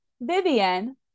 Vivian